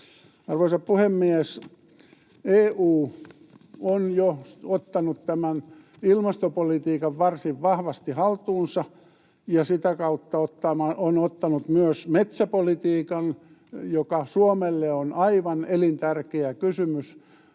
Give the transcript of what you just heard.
Arvoisa puhemies! EU on jo ottanut tämän ilmastopolitiikan varsin vahvasti haltuunsa ja sitä kautta kaapannut myös metsäpolitiikan, joka Suomelle on aivan elintärkeä kysymys,